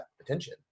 attention